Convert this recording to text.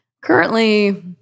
currently